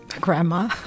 Grandma